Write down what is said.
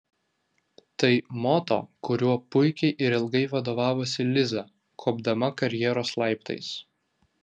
tai moto kuriuo puikiai ir ilgai vadovavosi liza kopdama karjeros laiptais